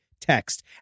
text